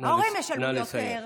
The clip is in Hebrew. ההורים ישלמו יותר,